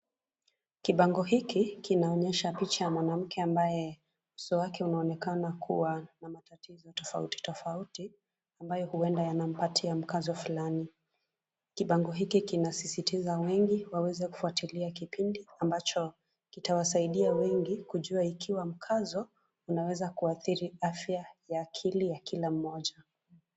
Kibango hiki, kinaonyesha picha ya mwanamke, ambaye, uso wake unaonekana kuwa na matatizo tofauti tofauti, ambayo huenda yanampatia mkazo fulani, kibango hiki kinasisitiza wengi wawezekufuatilia kipindi ambacho, kitawasaidia wengi kujua ikiwa mkazo, unaweza kuathiri afya ya akili ya kila mmoja.